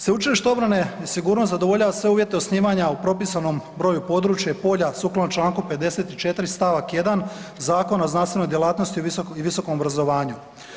Sveučilište obrane i sigurnosti zadovoljava sve uvjete osnivanja o propisanom broju područja i polja sukladno Članku 54. stavak 1. Zakona o znanstvenoj djelatnosti i visokom obrazovanju.